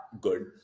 good